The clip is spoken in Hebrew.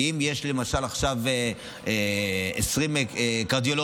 כי אם יש למשל עכשיו 20 קרדיולוגים,